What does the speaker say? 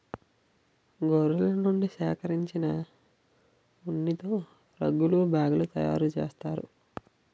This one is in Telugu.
గొర్రెల నుండి సేకరించిన ఉన్నితో రగ్గులు బ్యాగులు తయారు చేస్తారు